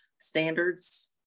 standards